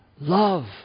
Love